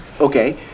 Okay